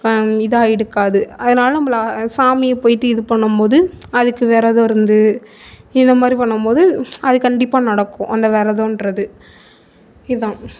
come இதாக இடுக்காது அதனால நம்பளாக சாமியை போயிவிட்டு இது பண்ணம்மோது அதுக்கு விரதோம் இருந்து இந்த மாதிரி பண்ணம்மோது அது கண்டிப்பாக நடக்கும் அந்த விரதோன்றது இதான்